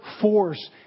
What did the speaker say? force